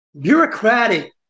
bureaucratic